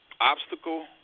obstacle